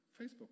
Facebook